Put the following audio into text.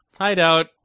hideout